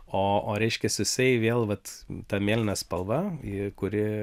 o o reiškias jisai vėl vat ta mėlyna spalva kuri